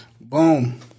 Boom